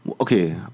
Okay